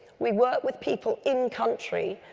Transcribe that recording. we work with people in-country,